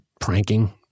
pranking